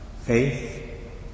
faith